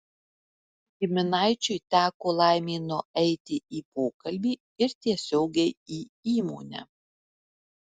giminaičiui teko laimė nueiti į pokalbį ir tiesiogiai į įmonę